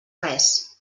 res